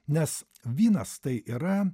nes vinas tai yra